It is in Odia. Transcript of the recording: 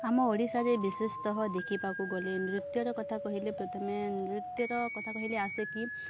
ଆମ ଓଡ଼ିଶାରେ ବିଶେଷତଃ ଦେଖିବାକୁ ଗଲେ ନୃତ୍ୟର କଥା କହିଲେ ପ୍ରଥମେ ନୃତ୍ୟର କଥା କହିଲେ ଆସେ କିି